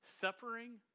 Suffering